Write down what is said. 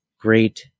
great